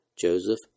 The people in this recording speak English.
Joseph